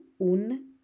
un